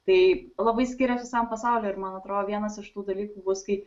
tai labai skiriasi visam pasauly ir man atrodo vienas iš tų dalykų bus kai